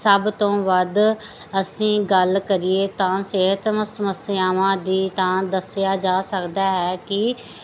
ਸਭ ਤੋਂ ਵੱਧ ਅਸੀਂ ਗੱਲ ਕਰੀਏ ਤਾਂ ਸਿਹਤ ਸਮੱਸਿਆਵਾਂ ਦੀ ਤਾਂ ਦੱਸਿਆ ਜਾ ਸਕਦਾ ਹੈ ਕਿ